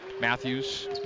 Matthews